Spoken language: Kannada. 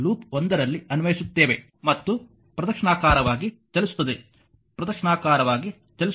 ಆದ್ದರಿಂದ ಈ ಲೂಪ್ ಒಂದರಲ್ಲಿ ಅನ್ವಯಿಸುತ್ತೇವೆ ಮತ್ತು ಪ್ರದಕ್ಷಿಣಾಕಾರವಾಗಿ ಚಲಿಸುತ್ತದೆ ಪ್ರದಕ್ಷಿಣಾಕಾರವಾಗಿ ಚಲಿಸುತ್ತದೆ